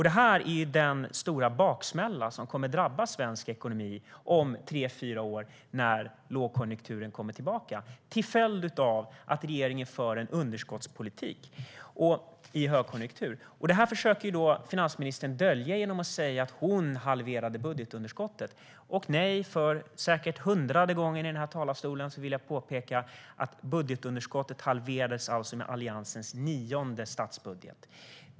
Det är den stora baksmälla som kommer att drabba svensk ekonomi om tre fyra år, när lågkonjunkturen kommer tillbaka till följd av att regeringen för underskottspolitik i högkonjunktur. Det här försöker finansministern dölja genom att säga att hon halverade budgetunderskottet. För säkert hundrade gången i den här talarstolen vill jag påpeka att budgetunderskottet halverades med Alliansens nionde statsbudget.